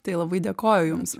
tai labai dėkoju jums